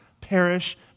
perish